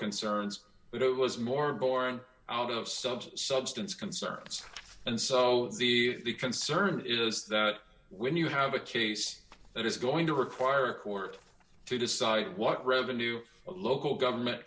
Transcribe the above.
concerns but it was more borne out of subs substance concerns and so the big concern is that when you have a case that is going to require a court to decide what revenue local government